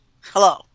hello